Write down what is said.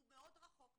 הוא מאוד רחוק משם.